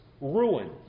ruin